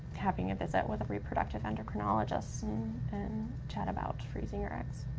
having a visit with a reproductive endocrinologist and chat about freezing your eggs.